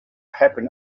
happen